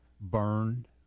burned